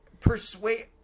persuade